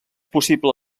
possible